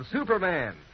Superman